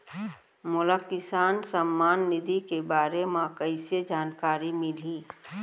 मोला किसान सम्मान निधि के बारे म कइसे जानकारी मिलही?